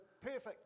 perfect